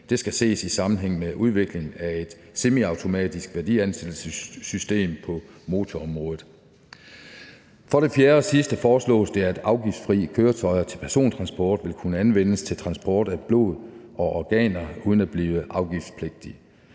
Det skal ses i sammenhæng med udviklingen af et semiautomatisk værdifastsættelsessystem på motorområdet. For det fjerde og sidste foreslås det, at afgiftsfri køretøjer til persontransport vil kunne anvendes til transport af blod og organer uden at blive afgiftspligtige;